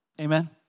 Amen